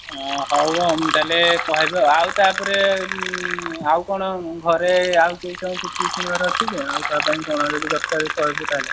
ହଉ ଆଉ ତା'ହେଲେ କହିବୁ ଆଉ ଆଉ ତା'ପରେ ଆଉ କ'ଣ ଘରେ ଆଉ କେହି ସବୁ କିଛି କିଣିବାର ଅଛି କି ଆଉ କାହା ପାଇଁ କ'ଣ ଯଦି ଦରକାର କହିବୁ ତା'ହେଲେ